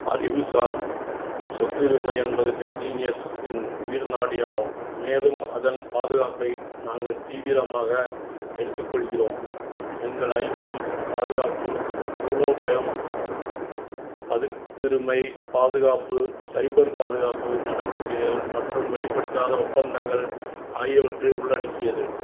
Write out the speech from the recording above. அறிவுசார் சொத்துரிமை என்பது டெக் ஜீனியஸ்ஸின் உயிர்நாடியாகும் மேலும் அதன் பாதுகாப்பை நாங்கள் தீவிரமாக எடுத்துக்கொள்கிறோம் எங்கள் ஐபி பாதுகாப்பு மூலோபயம் பதிப்புரிமை பாதுகாப்பு சைபர் பாதுகாப்பு நடவடிக்கைகள் மற்றும் வெளிப்படுத்தாத ஒப்பந்தங்கள் ஆகியவற்றை உள்ளடக்கியது